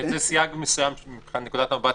היה סייג מסוים שמבחינת נקודת המבט